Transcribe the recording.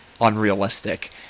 unrealistic